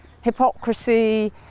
hypocrisy